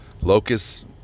Locust